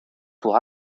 pour